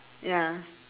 ya